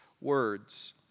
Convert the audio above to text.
words